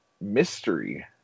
mystery